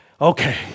Okay